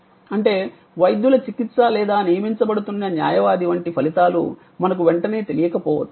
అంటే వైద్యుల చికిత్స లేదా నియమించబడుతున్న న్యాయవాది వంటి ఫలితాలు మనకు వెంటనే తెలియకపోవచ్చు